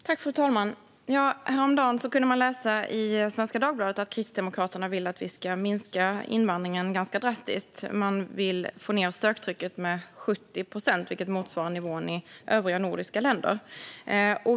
Fru talman! Häromdagen kunde man läsa i Svenska Dagbladet att Kristdemokraterna vill att vi ska minska invandringen drastiskt. Man vill få ned söktrycket med 70 procent, vilket motsvarar nivån i övriga nordiska länder.